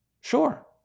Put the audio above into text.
Sure